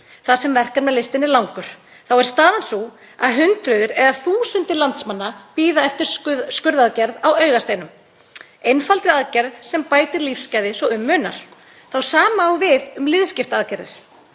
þar sem verkefnalistinn er langur, þá er staðan sú að hundruð eða þúsundir landsmanna bíða eftir skurðaðgerð á augasteini, einfaldri aðgerð sem bætir lífsgæði svo um munar. Það sama á við um liðskiptaaðgerðir.